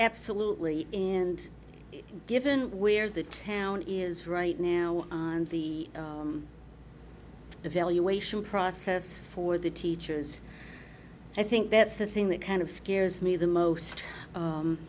absolutely and given where the town is right now and the evaluation process for the teachers i think that's the thing that kind of scares me the most